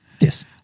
Yes